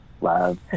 love